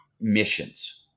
missions